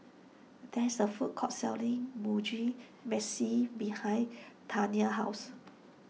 there is a food court selling Mugi Meshi behind Taina's house